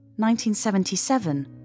1977